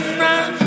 run